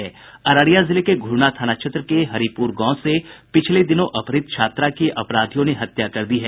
अररिया जिले के घुरना थाना क्षेत्र के हरिपुर गांव से पिछले दिनों अपहृत छात्रा की अपराधियों ने हत्या कर दी है